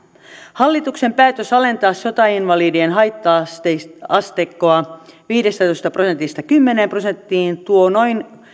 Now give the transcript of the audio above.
hallituksen päätös alentaa sotainvalidien haitta asteikkoa viidestätoista prosentista kymmeneen prosenttiin tuo noin